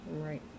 Right